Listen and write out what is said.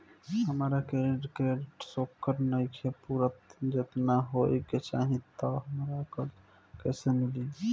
हमार credit score नईखे पूरत जेतना होए के चाही त हमरा कर्जा कैसे मिली?